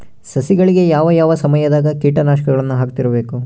ಸಸಿಗಳಿಗೆ ಯಾವ ಯಾವ ಸಮಯದಾಗ ಕೇಟನಾಶಕಗಳನ್ನು ಹಾಕ್ತಿರಬೇಕು?